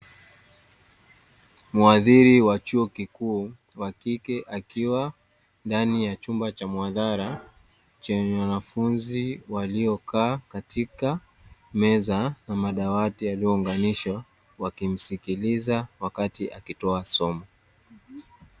Mhadhiri wa chuo kikuu wa kike, akiwa ndani ya chumba cha muhadhara, chenye wanafunzi waliokaa katika meza na madawati yaliyounganisha, wakimsikiliza wakati akitoa somo.